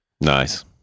Nice